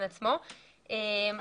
עצמו,